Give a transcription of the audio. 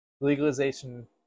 legalization